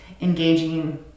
engaging